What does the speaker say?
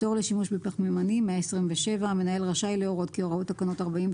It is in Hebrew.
127.פטור לשימוש בפחמימנים המנהל רשאי להורות כי הוראות תקנות 49